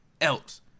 else